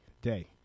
day